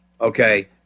Okay